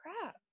crap